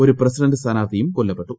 ഒരു പ്രസിഡന്റ് സ്ഥാനാർത്ഥിയുട് കൊല്ലപ്പെട്ടു